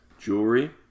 Jewelry